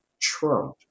Trump